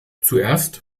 zuerst